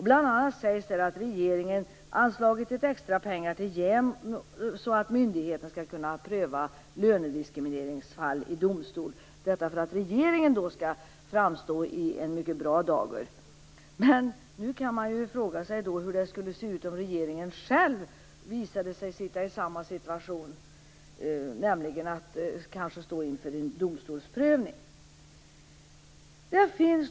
Bl.a. sägs där att regeringen anslagit extra pengar till JämO så att myndigheten skall kunna pröva lönediskrimineringsfall i domstol, detta för att regeringen skall framstå i en mycket bra dager. Men nu man kan ju fråga sig hur det skulle se ut om regeringen själv visade sig vara i samma situation, nämligen att kanske stå inför en domstolsprövning. Fru talman!